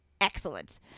excellent